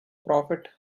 profit